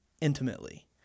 intimately